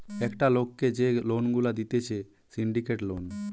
একটা লোককে যে লোন গুলা দিতেছে সিন্ডিকেট লোন